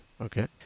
Okay